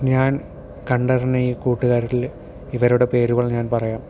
ഞാൻ കണ്ടറിഞ്ഞ ഈ കൂട്ടുകാരില് ഇവരുടെ പേരുകൾ ഞാൻ പറയാം